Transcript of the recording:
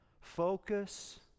focus